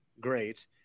great